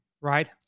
right